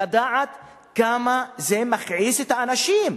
לדעת כמה זה מכעיס את האנשים,